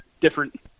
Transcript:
different